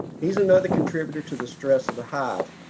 he's another contributor to the stress of the hive.